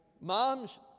Moms